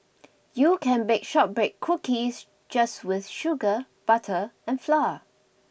you can bake shortbread cookies just with sugar butter and flour